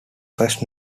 first